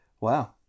Wow